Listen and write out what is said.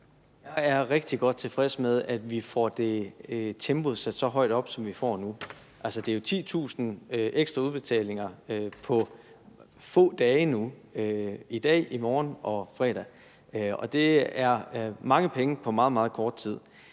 Jeg er rigtig godt tilfreds med, at vi får tempoet sat så højt op, som vi gør nu. Altså, det er jo 10.000 ekstra udbetalinger på få dage nu – i dag, i morgen og fredag – og det er mange penge på meget, meget kort tid.